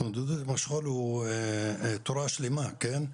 ההתמודדות עם השכול היא תורה שלמה, כן?